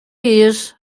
years